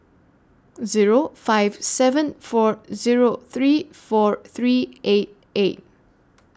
Zero five seven four Zero three four three eight eight